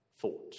thought